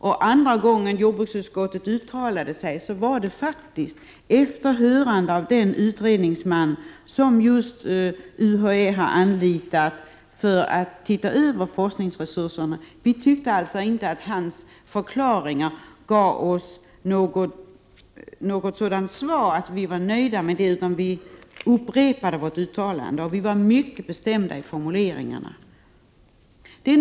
Den andra gången som jordbruksut 25 november 1988 skottet uttalade sig skedde efter hörande av den utredningsman som UHÄ har anlitat för att se över forskningsresurserna. Vi ansåg alltså inte att hans förklaringar gjorde oss nöjda, utan vi upprepade vårt uttalande, och vi var mycket bestämda i formuleringarna.